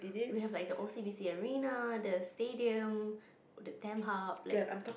we have like the O_C_B_C arena the stadium the tamp hub likes